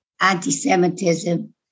anti-Semitism